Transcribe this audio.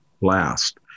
last